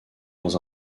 dans